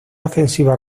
ofensiva